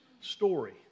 story